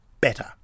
better